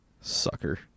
Sucker